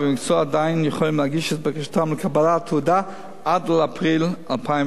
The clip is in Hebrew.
להגיש את בקשתם לקבלת תעודה עד אפריל 2013. לסיכום,